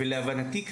להבנתי,